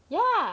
ya